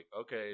okay